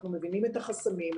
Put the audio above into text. אנחנו מבינים את החסמים,